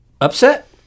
Upset